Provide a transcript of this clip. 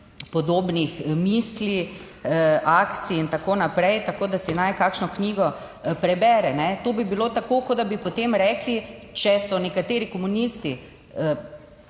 misli, akcij in tako naprej, tako si naj kakšno knjigo prebere. To bi bilo tako, kot da bi potem rekli, če so nekateri komunisti